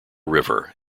river